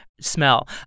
smell